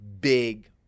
big